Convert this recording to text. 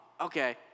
okay